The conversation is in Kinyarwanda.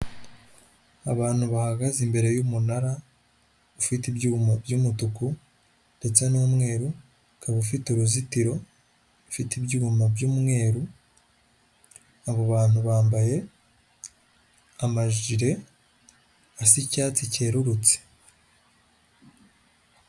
Abantu bahagaze imbere y'umunara ufite ibyuma by'umutuku ndetse n'umweruba ufite uruzitiro rufite ibyuma byu'umweru abo bantu bambaye amajile asa icyatsi cyererutse.